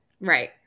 Right